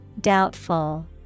Doubtful